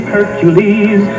Hercules